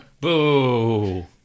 Boo